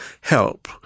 help